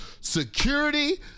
security